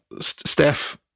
Steph